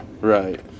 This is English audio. right